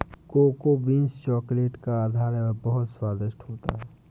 cocoa beans chocolate का आधार है वह बहुत स्वादिष्ट होता है